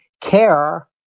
care